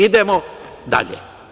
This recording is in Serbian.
Idemo dalje.